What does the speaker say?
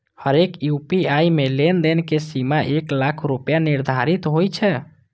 हरेक यू.पी.आई मे लेनदेन के सीमा एक लाख रुपैया निर्धारित होइ छै